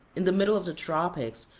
in the middle of the tropics,